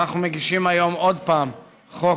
ואנחנו מגישים היום עוד פעם חוק,